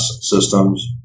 systems